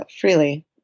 freely